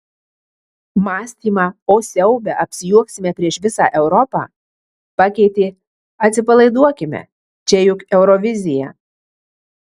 mąstymą o siaube apsijuoksime prieš visą europą pakeitė atsipalaiduokime čia juk eurovizija